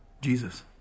Jesus